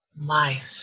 Life